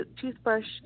toothbrush